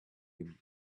him